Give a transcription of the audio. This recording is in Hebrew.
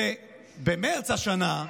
ובמרץ השנה,